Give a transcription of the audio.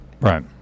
right